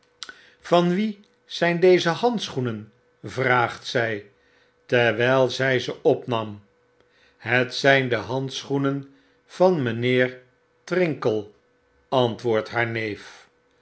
van wie zyn deze handschoenen p vraagt zy terwyl zij ze opnam het zijn de handschoenen van mynheer trinkle antwoordt haar neef